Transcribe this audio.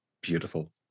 Beautiful